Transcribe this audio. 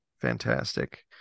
fantastic